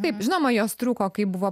taip žinoma jos trūko kai buvo